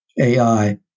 AI